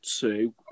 two